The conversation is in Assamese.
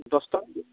দছটাত